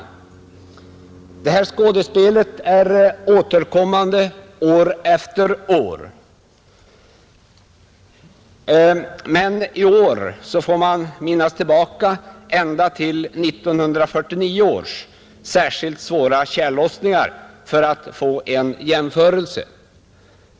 Det här skådespelet är återkommande år efter år. Men i år får man minnas tillbaka ända till 1949 års särskilt svåra tjällossningar för att få en jämförelse.